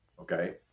Okay